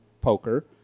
poker